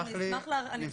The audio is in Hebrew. כן, ואני אשמח להתייחס.